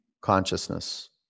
consciousness